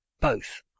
Both